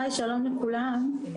שלום לכולם,